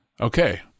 Okay